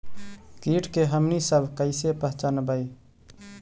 किट के हमनी सब कईसे पहचनबई?